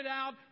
out